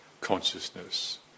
consciousness